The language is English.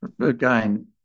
again